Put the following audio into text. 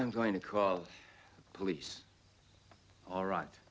i'm going to call the police all right